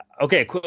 Okay